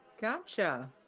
Gotcha